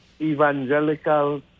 evangelical